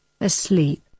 asleep